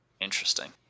interesting